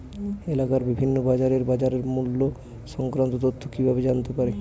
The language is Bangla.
এলাকার বিভিন্ন বাজারের বাজারমূল্য সংক্রান্ত তথ্য কিভাবে জানতে পারব?